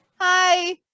Hi